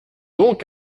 donc